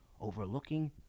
overlooking